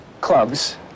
clubs